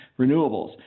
renewables